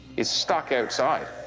is stuck outside. oh,